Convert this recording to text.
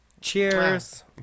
cheers